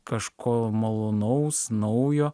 kažko malonaus naujo